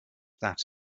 that